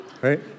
right